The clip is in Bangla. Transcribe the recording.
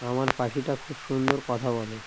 আমার পাখিটা খুব সুন্দর কথা বলে